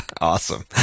Awesome